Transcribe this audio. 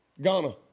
Ghana